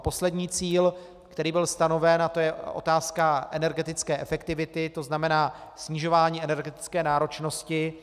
Poslední cíl, který byl stanoven, je otázka energetické efektivity, to znamená snižování energetické náročnosti.